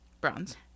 Bronze